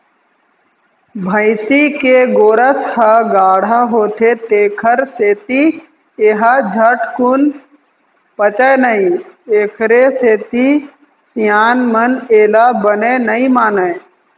भइसी के गोरस ह गाड़हा होथे तेखर सेती ए ह झटकून पचय नई एखरे सेती सियान मन एला बने नइ मानय